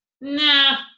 nah